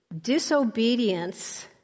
disobedience